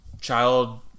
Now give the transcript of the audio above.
child